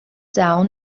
down